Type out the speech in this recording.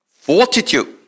fortitude